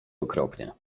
okropnie